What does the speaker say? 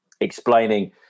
explaining